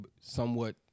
somewhat